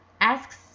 asks